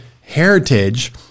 heritage